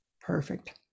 perfect